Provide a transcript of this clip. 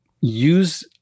use